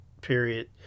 period